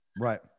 Right